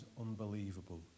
unbelievable